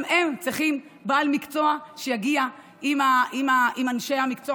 גם הם צריכים בעל מקצוע שיגיע עם אנשי המקצוע